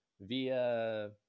via